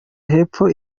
hepfo